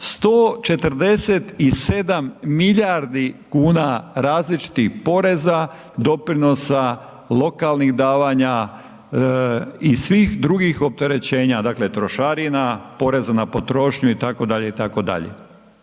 147 milijardi kuna različitih poreza, doprinosa, lokalnih davanja i svih drugih opterećenja trošarina, poreza na potrošnju itd.,